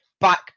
back